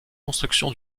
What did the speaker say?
construction